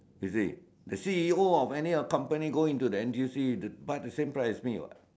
you see the C_E_O of any accompany go into the N_T_U_C buy the same price as me what